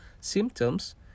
symptoms